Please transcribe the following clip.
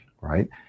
right